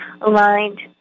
aligned